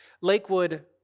Lakewood